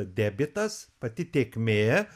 debitas pati tėkmė